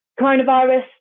coronavirus